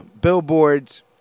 billboards